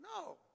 No